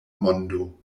mondo